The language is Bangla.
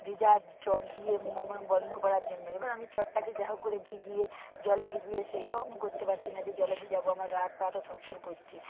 ভিজা চট দিয়ে মুখগুনো বন্ধ করার জন্য এবার আমি চটটাকে যা হোক করে ভিজিয়ে জলে ভিজিয়ে সেটাও আমি করতে পারছি না যে জলে ভিজাবো আমার গা হাত পা তো থরথর করছে